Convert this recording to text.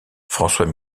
françois